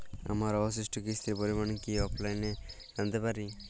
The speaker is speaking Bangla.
আমার অবশিষ্ট কিস্তির পরিমাণ কি অফলাইনে জানতে পারি?